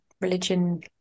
religion